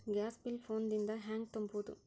Gas bill phone ದಿಂದ ಹ್ಯಾಂಗ ತುಂಬುವುದು?